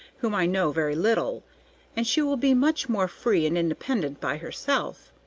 whom i know very little and she will be much more free and independent by herself.